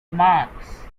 mars